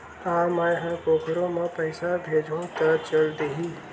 का मै ह कोखरो म पईसा भेजहु त चल देही?